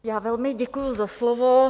Já velmi děkuju za slovo.